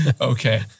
Okay